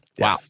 Wow